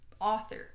author